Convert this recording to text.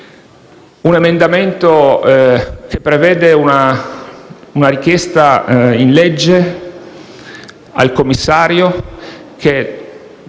un emendamento che prevede una richiesta, tramite legge, al Commissario, che